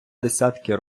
десятки